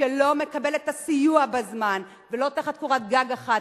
שלא מקבל את הסיוע בזמן, ולא תחת קורת גג אחת.